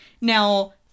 Now